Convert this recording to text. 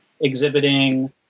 exhibiting